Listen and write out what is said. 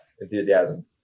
enthusiasm